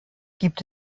gibt